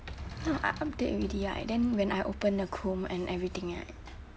no I update already right then when I open the chrome and everything right